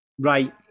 Right